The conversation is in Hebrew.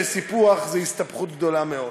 שסיפוח זה הסתבכות גדולה מאוד,